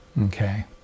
Okay